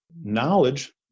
Knowledge